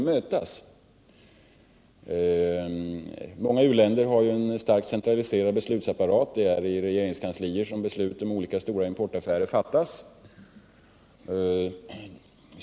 Många u-länder har ju en starkt centraliserad beslutsapparat; det är i regeringskanslier som beslut om olika stora importaffärer fattas.